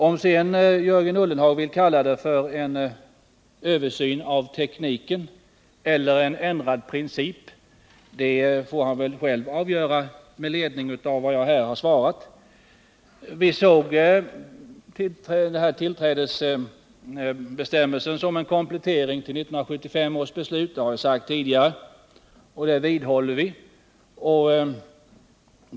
Om sedan Jörgen Ullenhag vill kalla detta för en översyn av tekniken eller för en ändrad princip får han själv avgöra med ledning av vad jag här har svarat. Vi såg tillträdesbestämmelsen som en komplettering till 1975 års beslut — det har vi framfört tidigare och det vidhåller vi.